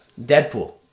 Deadpool